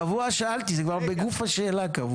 קבוע שאלתי, זה כבר בגוף השאלה קבוע.